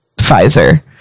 pfizer